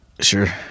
Sure